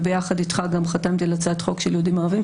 וביחד איתך גם חתמתי על הצעת חוק של יהודים-ערבים.